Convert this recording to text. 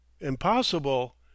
Impossible